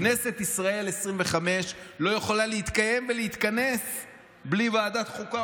כנסת ישראל 2025 לא יכולה להתקיים ולהתכנס בלי ועדת החוקה,